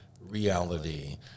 Reality